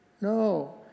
no